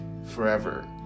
forever